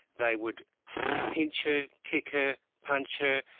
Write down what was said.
they would pinch her, kick her, punch her,